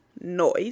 noise